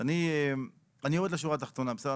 אני יורד לשורה תחתונה, בסדר?